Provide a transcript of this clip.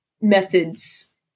methods